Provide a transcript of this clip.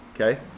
Okay